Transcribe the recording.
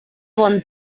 bon